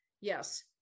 Yes